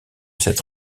cette